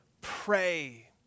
pray